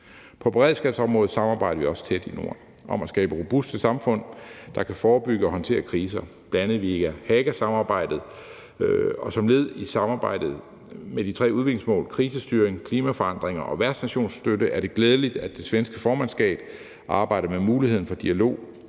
På beredskabsområdet samarbejder vi også tæt i Norden om at skabe robuste samfund, der kan forebygge og håndtere kriser, bl.a. via Hagasamarbejdet, og som led i samarbejdet med de tre udviklingsmål, krisestyring, klimaforandringer og værtsnationsstøtte, er det glædeligt, at det svenske formandskab arbejder med muligheden for dialog